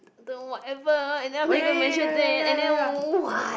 the whatever and then you have to measure that and then what